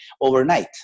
overnight